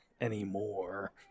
anymore